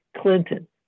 Clinton